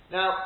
Now